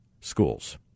schools